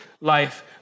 life